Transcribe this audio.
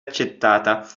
accettata